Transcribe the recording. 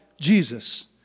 Jesus